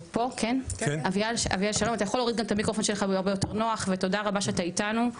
שלום אביאל, תודה רבה שאתה איתנו.